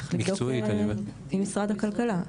צריך לבדוק עם משרד הכלכלה.